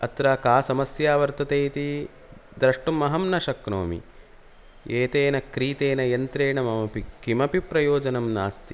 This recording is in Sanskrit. अत्र का समस्या वर्तते इति द्रष्टुम् अहं न शक्नोमि एतेन क्रीतेन यन्त्रेण ममापि किमपि प्रयोजनं नास्ति